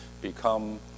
become